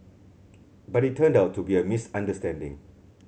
but it turned out to be a misunderstanding